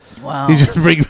Wow